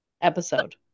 episode